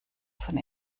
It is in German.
von